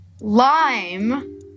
lime